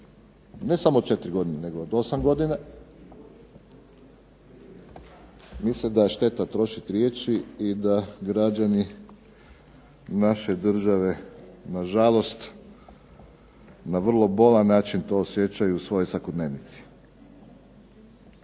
ne samo 4 godine nego od 8 godina, mislim da je šteta trošiti riječi i da građani naše države nažalost na vrlo bolan način to osjećaju u svojoj svakodnevnici.